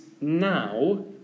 now